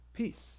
Peace